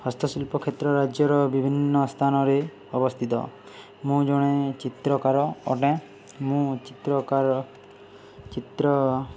ହସ୍ତଶିଳ୍ପ କ୍ଷେତ୍ର ରାଜ୍ୟର ବିଭିନ୍ନ ସ୍ଥାନରେ ଅବସ୍ଥିତ ମୁଁ ଜଣେ ଚିତ୍ରକାର ଅଟେ ମୁଁ ଚିତ୍ରକାର ଚିତ୍ର